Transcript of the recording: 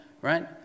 right